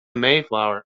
mayflower